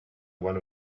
one